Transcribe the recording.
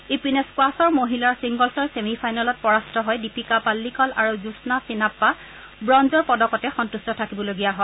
ইপিনে স্ক ৱাছৰ মহিলাৰ ছিংগলছৰ ছেমি ফাইনেলত পৰাস্ত হৈ দীপিকা পাল্লিকল আৰু জোম্না চিনাপ্পা ব্ৰঞ্জৰ পদকতে সন্তেষ্ট থাকিবলগীয়া হয়